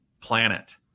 planet